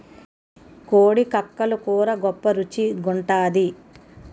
కోడి కక్కలు కూర గొప్ప రుచి గుంటాది